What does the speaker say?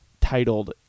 titled